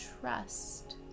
trust